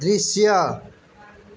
दृश्य